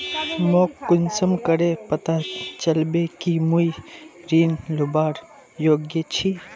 मोक कुंसम करे पता चलबे कि मुई ऋण लुबार योग्य छी?